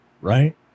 right